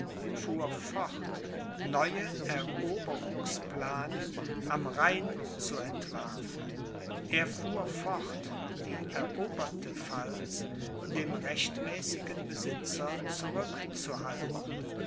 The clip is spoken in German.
fort neue eroberungsplane am rhein zu entwerfen er fuhr fort die eroberte pfalz dem rechtmäßigen besitzer zurückzuhalten